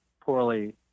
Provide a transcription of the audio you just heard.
poorly